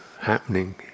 happening